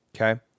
okay